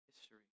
history